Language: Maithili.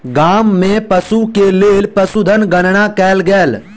गाम में पशु के लेल पशुधन गणना कयल गेल